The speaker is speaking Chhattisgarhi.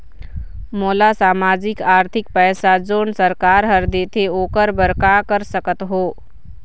मोला सामाजिक आरथिक पैसा जोन सरकार हर देथे ओकर बर का कर सकत हो?